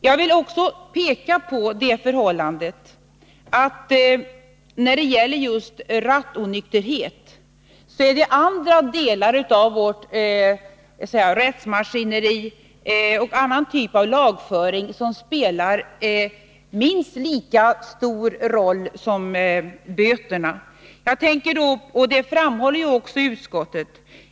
Jag vill också peka på att när det gäller rattonykterhet är det andra delar av vårt rättsmaskineri, en annan typ av lagföring, som spelar minst lika stor roll som böterna. Detta framhåller ju även utskottet.